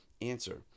Answer